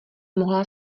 mohla